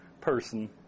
person